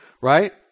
right